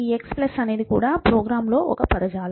ఈ x అనేది కూడా ప్రోగ్రామ్లో ఒక పదజాలం